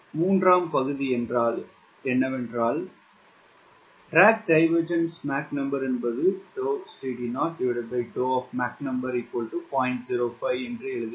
மூன்றாம் பகுதி எனவே MDD என்பது என்று எழுதுகிறேன்